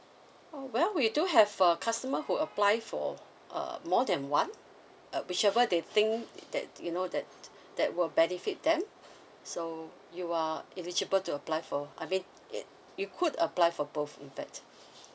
uh well we do have a customer who apply for uh more than one uh whichever they think that you know that that will benefit them so you are eligible to apply for I mean it you could apply for both in fact